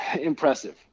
impressive